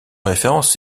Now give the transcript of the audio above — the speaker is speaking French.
référence